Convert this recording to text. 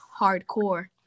hardcore